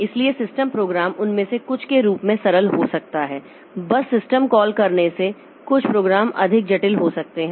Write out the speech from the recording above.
इसलिए system program उनमें से कुछ के रूप में सरल हो सकता है बस सिस्टम कॉल करने से कुछ प्रोग्राम अधिक जटिल हो सकते हैं